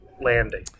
landing